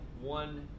one